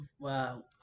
wow